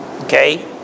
okay